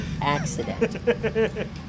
accident